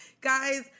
Guys